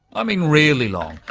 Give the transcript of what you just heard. i mean really long,